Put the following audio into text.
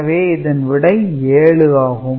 எனவே இதன் விடை 7 ஆகும்